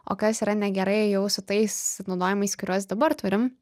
o kas yra negerai jau su tais naudojamais kuriuos dabar turim